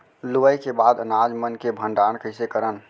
लुवाई के बाद अनाज मन के भंडारण कईसे करन?